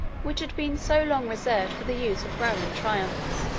which had been so long reserved for the use of roman triumphs.